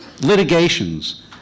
litigations